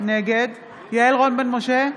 נגד יעל רון בן משה,